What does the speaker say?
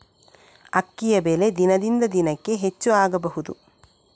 ಅಕ್ಕಿಯ ಬೆಲೆ ದಿನದಿಂದ ದಿನಕೆ ಹೆಚ್ಚು ಆಗಬಹುದು?